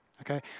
Okay